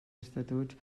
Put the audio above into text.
estatuts